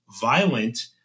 violent